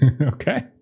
Okay